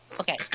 okay